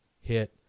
hit